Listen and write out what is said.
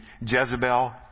Jezebel